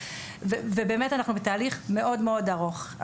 ובאמת אנחנו בתהליך מאוד מאוד ארוך.